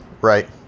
right